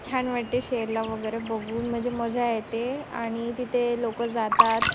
छान वाटते शेरला वगैरे बघून म्हणजे मजा येते आणि तिथे लोक जातात